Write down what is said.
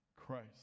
Christ